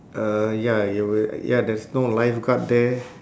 uh ya you r~ ya there's no lifeguard there